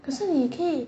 可是你也可以